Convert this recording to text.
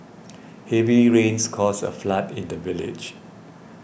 heavy rains caused a flood in the village